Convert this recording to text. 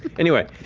anyway,